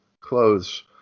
clothes